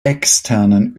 externen